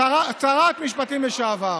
שרת משפטים לשעבר.